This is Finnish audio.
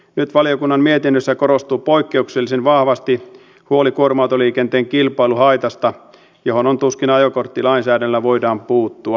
nyt valiokunnan mietinnössä korostuu poikkeuksellisen vahvasti huoli kuorma autoliikenteen kilpailuhaitasta johon tuskin ajokorttilainsäädännöllä voidaan puuttua